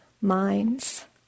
minds